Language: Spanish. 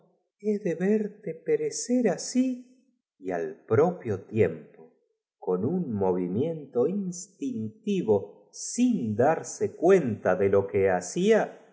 he de verte perecer asif para cascanueces los pocos amigos que y al propio tiempo con un movimiento aún le eran fieles acababan de abandonar instintivo sin darse cuenta de lo que hacfa